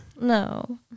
No